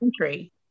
country